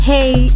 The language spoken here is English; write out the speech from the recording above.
Hey